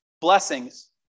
blessings